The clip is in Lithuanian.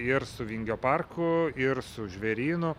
ir su vingio parku ir su žvėrynu